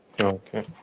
Okay